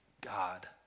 God